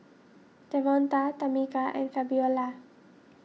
Devonta Tamica and Fabiola